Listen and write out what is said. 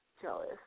jealous